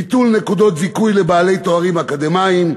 ביטול נקודות זיכוי לבעלי תארים אקדמיים,